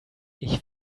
ich